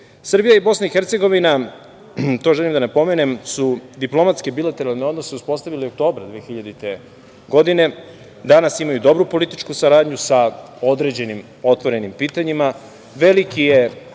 regiona. Srbija i BiH, to želim da napomenem, su diplomatske bilateralne odnose uspostavile oktobra 2000. godine. Danas imaju dobru političku saradnju sa određenim, otvorenim pitanjima. Veliki je